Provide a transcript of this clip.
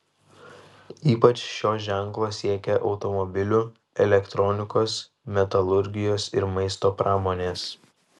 ypač šio ženklo siekia automobilių elektronikos metalurgijos ir maisto pramonės